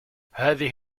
هذه